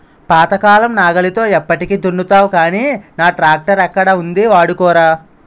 పాతకాలం నాగలితో ఎప్పటికి దున్నుతావ్ గానీ నా ట్రాక్టరక్కడ ఉంది వాడుకోరా